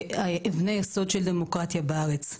ואבני יסוד של דמוקרטיה בארץ.